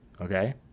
Okay